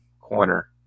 corner